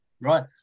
Right